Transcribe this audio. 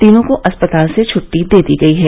तीनों को अस्पताल से छुट्टी दे दी गई है